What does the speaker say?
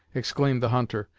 exclaimed the hunter,